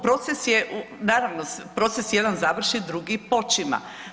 Proces je naravno, proces jedan završi, drugi počima.